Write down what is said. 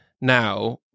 now